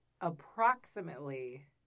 approximately